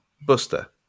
Buster